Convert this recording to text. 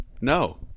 No